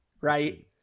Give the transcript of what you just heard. Right